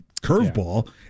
curveball